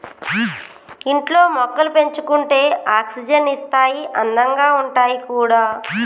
ఇంట్లో మొక్కలు పెంచుకుంటే ఆక్సిజన్ ఇస్తాయి అందంగా ఉంటాయి కూడా